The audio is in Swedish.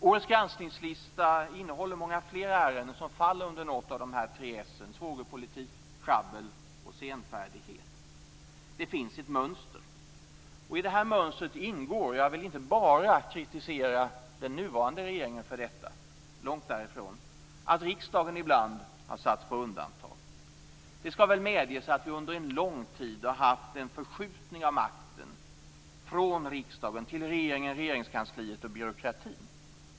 Årets granskningslista innehåller många fler ärenden som faller under något av de tre s:en svågerpolitik, sjabbel och senfärdighet. Det finns ett mönster. I detta mönster ingår - jag vill inte bara kritisera den nuvarande regeringen för detta, långt därifrån - att riksdagen ibland har satts på undantag. Det skall väl medges att vi under en lång tid har haft en förskjutning av makten från riksdagen till regeringen, Regeringskansliet och byråkratin.